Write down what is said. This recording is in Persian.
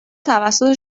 توسط